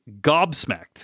gobsmacked